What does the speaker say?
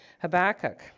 Habakkuk